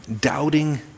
doubting